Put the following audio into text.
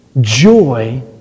Joy